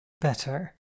Better